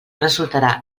resultarà